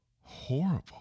horrible